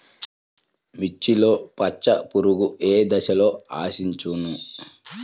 మిర్చిలో పచ్చ పురుగు ఏ దశలో ఆశించును?